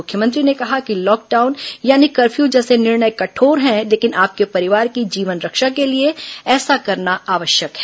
मुख्यमंत्री ने कहा कि लॉकडाउन यानी कर्फ्यू जैसे निर्णय कठोर है लेकिन आपके परिवार की जीवनरक्षा के लिए ऐसा करना आवश्यक है